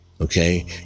Okay